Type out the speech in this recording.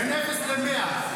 ואפס מי שהכניס את התנועה האסלאמית.